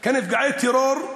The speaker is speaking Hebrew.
כנפגעי טרור,